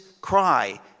cry